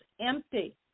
empty